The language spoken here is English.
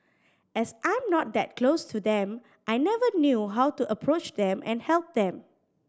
as I'm not that close to them I never knew how to approach them and help them